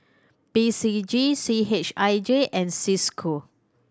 P C G C H I J and Cisco